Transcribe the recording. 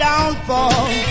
downfall